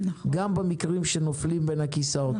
גם במקרים שנופלים בין הכיסאות.